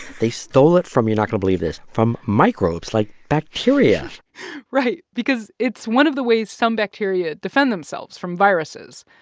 they stole it from you're not going to believe this from microbes like bacteria right, because it's one of the ways some bacteria defend themselves from viruses,